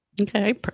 Okay